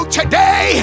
today